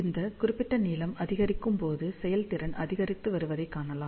இந்த குறிப்பிட்ட நீளம் அதிகரிக்கும்போது செயல்திறன் அதிகரித்து வருவதைக் காணலாம்